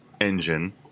engine